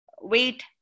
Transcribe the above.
wait